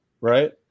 right